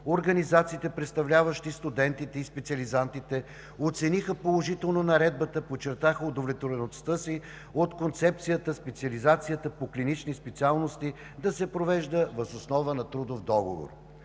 организациите, представляващи студентите и специализантите, оцениха положително Наредбата, подчертаха удовлетвореността си от концепцията специализацията по клинични специалности да се провежда въз основа на трудов договор.